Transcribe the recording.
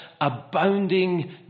abounding